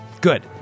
good